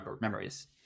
memories